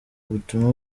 ubutumwa